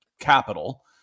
capital